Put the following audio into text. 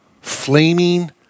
flaming